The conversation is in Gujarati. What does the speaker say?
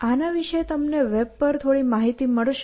આના વિશે તમને વેબ પર થોડી માહિતી મળશે